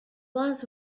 was